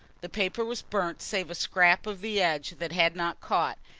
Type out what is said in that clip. the paper was burnt save a scrap of the edge that had not caught,